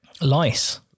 lice